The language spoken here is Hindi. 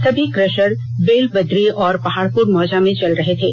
सभी क्रशर बेलबद्री और पहाड़पुर मौजा में चल रहे थे